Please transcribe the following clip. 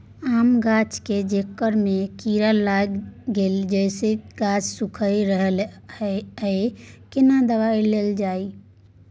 आम गाछ के जेकर में कीरा लाईग गेल जेसे गाछ सुइख रहल अएछ केना दवाई देल जाए?